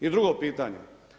I drugo pitanje.